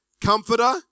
comforter